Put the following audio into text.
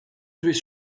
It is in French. tués